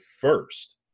first